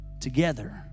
together